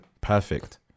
Perfect